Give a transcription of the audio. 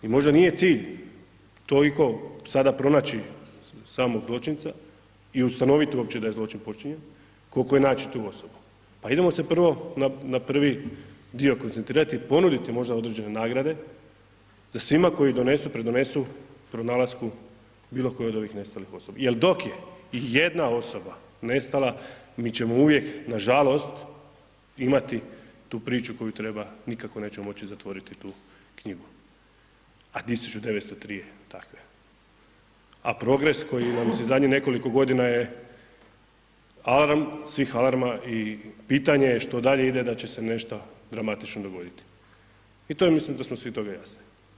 I možda nije cilj toliko sad pronaći samog zločinca i ustanoviti uopće da je zločin počinjen, koliko je naći tu osobu ali idemo se prvo na prvi dio koncentrirati, ponuditi možda određene nagrade da svima koji donesu, pridonesu pronalasku bilokoje od ovih nestalih osoba jer dok je jedna osoba nestala, mi ćemo uvijek nažalost imati tu priču koju nikako nećemo moći zatvoriti tu knjigu a 1903 je taj broj a progres koji nam je zadnjih nekoliko godina alarm svih alarma i pitanje je što dalje da će se nešto dramatično dogoditi i to je mislim da smo svi toga jasni.